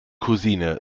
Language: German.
cuisine